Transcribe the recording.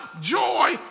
Joy